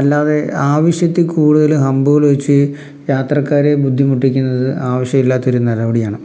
അല്ലാതെ ആവശ്യത്തിൽ കൂടുതൽ ഹമ്പുകൾ വെച്ച് യാത്രക്കാരെ ബുദ്ധിമുട്ടിക്കുന്നത് ആവശ്യം ഇല്ലാത്തൊരു നിലപാടാണ്